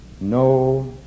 no